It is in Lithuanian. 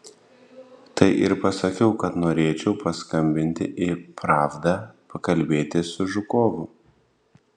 tai ir pasakiau kad norėčiau paskambinti į pravdą pakalbėti su žukovu